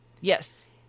yes